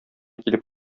килеп